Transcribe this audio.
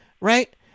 right